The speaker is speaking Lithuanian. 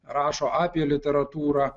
rašo apie literatūrą